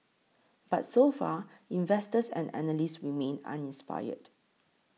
but so far investors and analysts remain uninspired